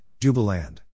Jubaland